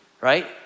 right